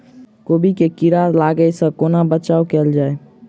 कोबी मे कीड़ा लागै सअ कोना बचाऊ कैल जाएँ?